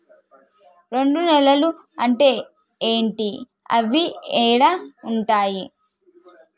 ఒండ్రు నేలలు అంటే ఏంటి? అవి ఏడ ఉంటాయి?